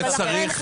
זה יותר גבוה.